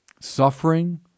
Suffering